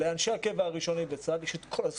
לאנשי הקבע הראשוני בצה"ל יש את כל הזכויות.